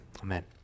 Amen